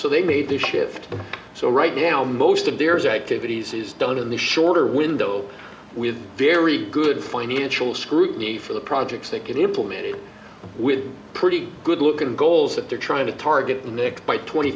so they made this shift so right now most of their activities is done in the shorter window with very good financial scrutiny for the projects they get implemented with pretty good looking goals that they're trying to target and mix by twenty